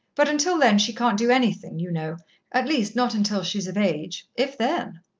but until then she can't do anything, you know at least, not until she's of age, if then.